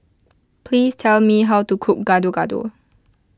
please tell me how to cook Gado Gado